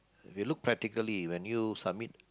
if you look practically when you submit